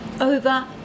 over